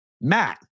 Matt